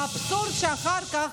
האבסורד הוא שאחר כך